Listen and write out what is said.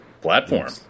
platform